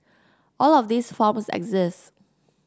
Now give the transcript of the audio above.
all of these forms exist